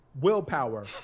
Willpower